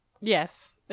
Yes